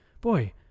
boy